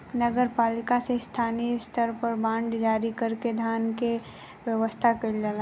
नगर पालिका से स्थानीय स्तर पर बांड जारी कर के धन के व्यवस्था कईल जाला